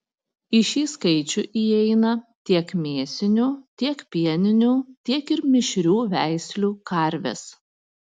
į šį skaičių įeina tiek mėsinių tiek pieninių tiek ir mišrių veislių karvės